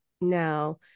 now